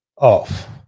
off